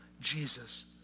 Jesus